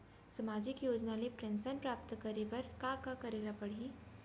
सामाजिक योजना ले पेंशन प्राप्त करे बर का का करे ल पड़ही?